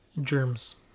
germs